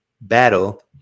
battle